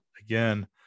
again